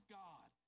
god